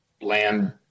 land